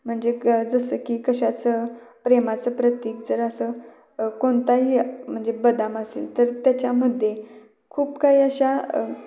म्हणजे जसं की कशाचं प्रेमाचं प्रतीक जर असं कोणताही म्हणजे बदाम असेल तर त्याच्यामध्ये खूप काही अशा